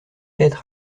lettre